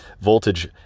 voltage